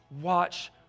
watch